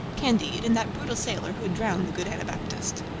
candide, and that brutal sailor who had drowned the good anabaptist.